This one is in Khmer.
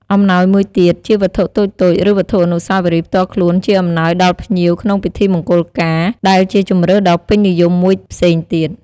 អំណោយមួយទៀតជាវត្ថុតូចៗឬវត្ថុអនុស្សាវរីយ៍ផ្ទាល់ខ្លួនជាអំណោយដល់ភ្ញៀវក្នុងពិធីមង្គលការ ដែលជាជម្រើសដ៏ពេញនិយមមួយផ្សេងទៀត។